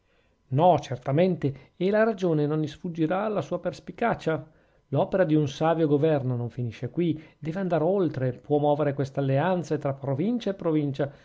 no certamente e la ragione non isfuggirà alla sua perspicacia l'opera di un savio governo non finisce qui deve andar oltre promuovere queste alleanze tra provincia e provincia